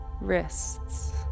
wrists